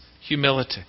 Humility